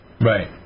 right